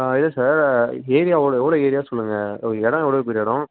ஆ இல்லை சார் ஏரியாவோடய எவ்வளோ ஏரியான்னு சொல்லுங்கள் இடம் எவ்வளோ பெரிய இடம்